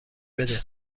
بده